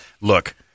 Look